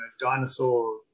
dinosaur